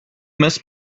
must